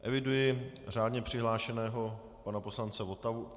Eviduji řádně přihlášeného pana poslance Votavu.